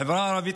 בחברה הערבית,